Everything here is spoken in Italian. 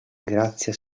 grazia